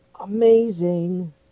amazing